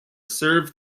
serve